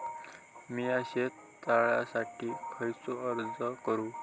मीया शेत तळ्यासाठी कसो अर्ज करू?